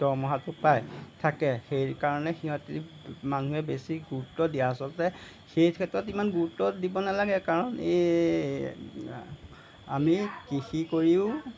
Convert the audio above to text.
দৰমহাটো পায় থাকে সেইকাৰণে সিহঁতি মানুহে বেছি গুৰুত্ব দিয়ে আচলতে সেই ক্ষেত্ৰত ইমান গুৰুত্ব দিব নালাগে কাৰণ এই আমি কৃষি কৰিও